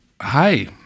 hi